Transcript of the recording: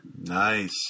Nice